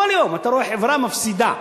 כל יום אתה רואה חברה מפסידה.